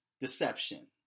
deception